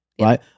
Right